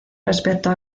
respecto